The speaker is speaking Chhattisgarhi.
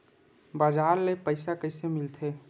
बजार ले पईसा कइसे मिलथे?